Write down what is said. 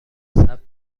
ثبت